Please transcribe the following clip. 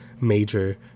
major